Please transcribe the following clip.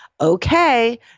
okay